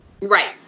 right